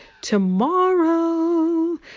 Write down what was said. tomorrow